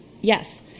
Yes